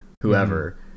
whoever